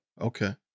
Okay